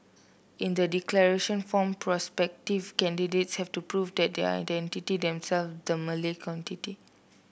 in the declaration form prospective candidates have to prove that they identity themselves with the Malay